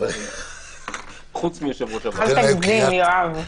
חוץ מיושב-ראש הוועדה.